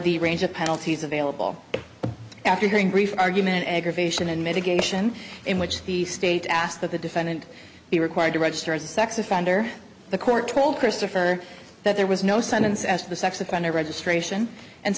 the range of penalties available after hearing brief argument aggravation and mitigation in which the state asked that the defendant be required to register as a sex offender the court told christopher that there was no sentence as to the sex offender registration and